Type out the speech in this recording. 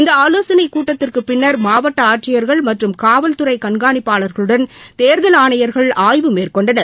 இந்த ஆலோசனை கூட்டத்திற்கு பின்னர் மாவட்ட ஆட்சியர்கள் மற்றும் காவல் துறை கண்காணிப்பாளர்களுடன் தேர்தல் ஆணையர்கள் ஆய்வு மேற்கொண்டனர்